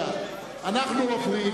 אנחנו עוברים